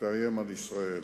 שתאיים על ישראל.